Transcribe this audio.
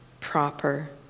proper